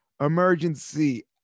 emergency